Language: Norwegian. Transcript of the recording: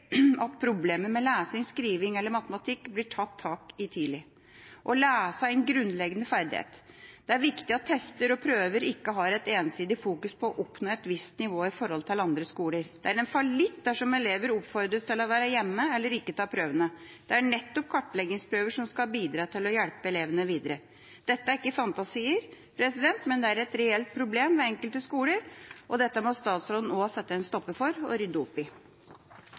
at problemer med lesing, skriving eller matematikk blir tatt tak i tidlig. Å lese er en grunnleggende ferdighet. Det er viktig at tester og prøver ikke har et ensidig fokus på å oppnå et visst nivå i forhold til andre skoler. Det er en fallitt dersom elevene oppfordres til å være hjemme eller til ikke å ta prøvene. Det er nettopp kartleggingsprøver som skal bidra til å hjelpe elevene videre. Dette er ikke fantasier, men det er et reelt problem ved enkelte skoler, og dette må statsråden også sette en stopper for og rydde opp i.